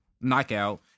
knockout